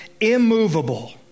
immovable